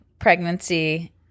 pregnancy